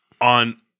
on